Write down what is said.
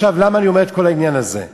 עכשיו, למה אני אומר את כל העניין הזה?